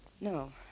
No